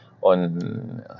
on